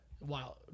Wow